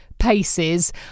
paces